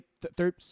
third